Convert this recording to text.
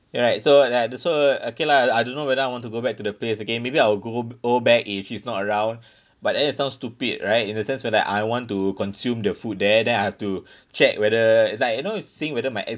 right so ya so okay lah I don't know whether I want to go back to the place again maybe I'll go go back if she's not around but then it sounds stupid right in a sense where that I want to consume the food there then I have to check whether it's like you know seeing whether my